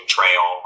Trail